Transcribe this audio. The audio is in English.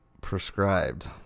prescribed